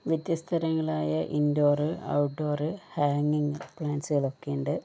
വ്യത്യസ്തരങ്ങളായ indoor outdoor ഹാങ്ങിങ് പ്ലാൻസുകളൊക്കെയുണ്ട്